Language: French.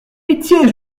pitié